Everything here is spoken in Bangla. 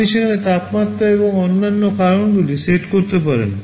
আপনি সেখানে তাপমাত্রা এবং অন্যান্য কারণগুলি সেট করতে পারেন